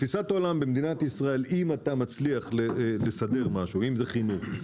תפיסת העולם במדינת ישראל היא: אם אתה מצליח לסדר משהו אם זה חינוך,